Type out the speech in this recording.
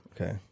Okay